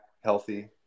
healthy